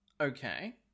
Okay